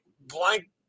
blank